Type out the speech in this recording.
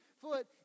foot